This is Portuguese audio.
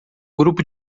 grupo